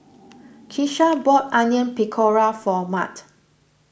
Keesha bought Onion Pakora for Mart